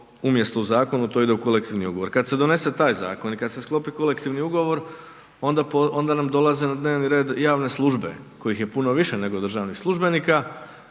umjesto u Zakonu, to ide u Kolektivni ugovor. Kad se donese taj Zakon i kad se sklopi Kolektivni ugovor, onda nam dolaze na dnevni red javne službe kojih je puno više nego državnih službenika,